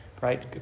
right